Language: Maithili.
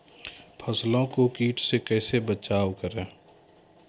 फसलों को कीट से कैसे बचाव करें?